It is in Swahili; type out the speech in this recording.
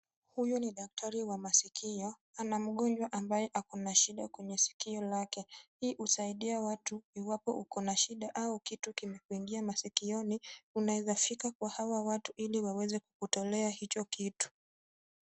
Huyu ni daktari wa masikio, ana mgonjwa ambaye ako na shida kwenye sikio lake. Hii husaidia watu iwapo uko na shida au kitu kimekuingia maskioni unawezafika kwa hawa watu ili waweze kutolea hicho kitu.